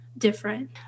different